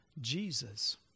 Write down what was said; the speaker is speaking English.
Jesus